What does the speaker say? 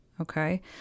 okay